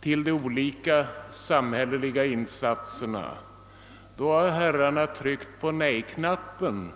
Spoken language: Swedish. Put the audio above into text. till olika samhälleliga insatser har herrarna i regel tryck på nej-knappen.